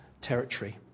territory